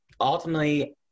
ultimately